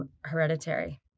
Hereditary